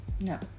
No